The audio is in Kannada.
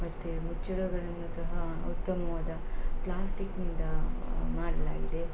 ಮತ್ತು ಮುಚ್ಚಳಗಳನ್ನು ಸಹ ಉತ್ತಮವಾದ ಪ್ಲಾಸ್ಟಿಕ್ನಿಂದ ಮಾಡಲಾಗಿದೆ